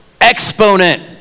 exponent